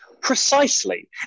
Precisely